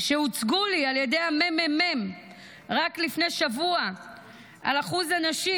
שהוצגו לי על ידי הממ"מ רק לפני שבוע על אחוז הנשים,